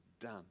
done